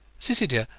cissy, dear,